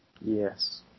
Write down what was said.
yes